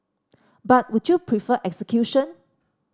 but would you prefer execution